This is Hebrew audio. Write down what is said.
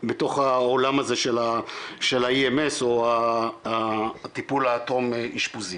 בתוך העולם הזה של ה-EMS הטיפול הטרום אשפוזי.